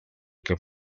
que